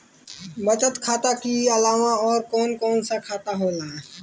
बचत खाता कि अलावा और कौन कौन सा खाता होला?